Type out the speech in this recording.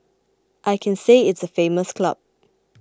I can say it's a famous club